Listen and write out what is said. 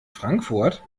frankfurt